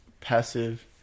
passive